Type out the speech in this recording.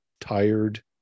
tired